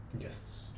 Yes